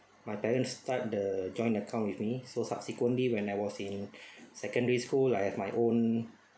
my parents start the joint account with me so subsequently when I was in secondary school I have my own